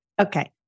Okay